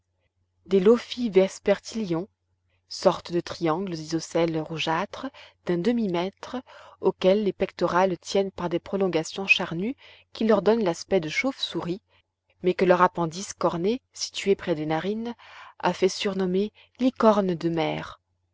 des lophies vespertillions sortes de triangles isocèles rougeâtres d'un demi mètre auxquels les pectorales tiennent par des prolongations charnues qui leur donnent l'aspect de chauves-souris mais que leur appendice corné situé près des narines a fait surnommer licornes de mer